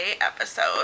episode